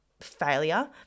failure